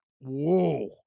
Whoa